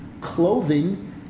clothing